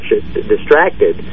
distracted